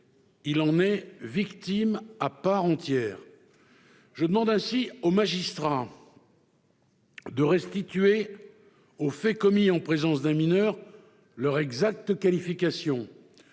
il en est victime à part entière ». Je demande ainsi aux magistrats de restituer aux faits commis en présence d'un mineur leur exacte qualification,